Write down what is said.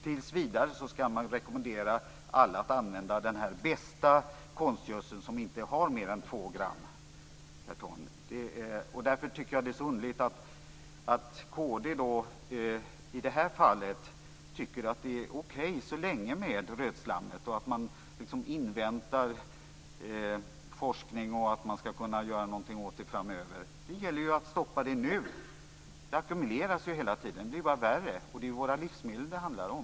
Tills vidare skall man rekommendera alla att använda den bästa konstgödseln, som alltså inte innehåller mer än Mot den bakgrunden är det mycket underligt att kristdemokraterna i det här fallet tycker att det tills vidare är okej med rötslammet och att man liksom inväntar forskning och möjligheter att göra något åt detta framöver. Men det gäller att stoppa detta nu! Det ackumuleras hela tiden och blir bara värre - det är ju våra livsmedel som det handlar om.